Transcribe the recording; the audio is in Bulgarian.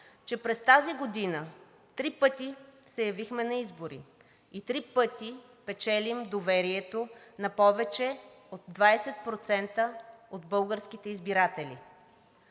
че през тази година три пъти се явихме на избори и три пъти печелим доверието на повече от 20% от българските избиратели.